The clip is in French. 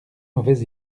mauvais